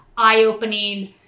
eye-opening